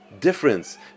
difference